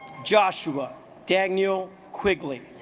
joshua daniel quigley